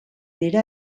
dira